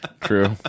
True